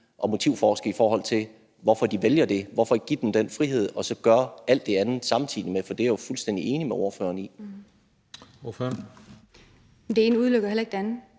og motivforske, i forhold til hvorfor de vælger det. Hvorfor ikke give dem den frihed og så gøre alt det andet samtidig med? For det er jeg jo fuldstændig enig med ordføreren i. Kl. 15:55 Den fg. formand